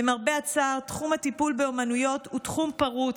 למרבה הצער, תחום הטיפול באומנויות הוא תחום פרוץ.